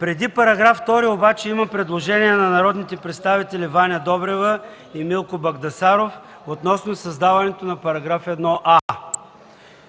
Преди § 2 обаче има предложение на народните представители Ваня Добрева и Милко Багдасаров относно създаването на § 1а: